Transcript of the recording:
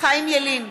חיים ילין,